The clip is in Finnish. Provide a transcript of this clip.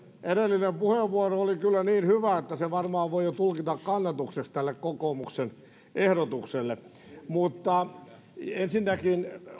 edellinen puheenvuoro oli kyllä niin hyvä että sen varmaan voi jo tulkita kannatukseksi tälle kokoomuksen ehdotukselle ensinnäkin